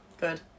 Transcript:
Good